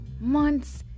months